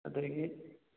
ꯑꯗꯒꯤ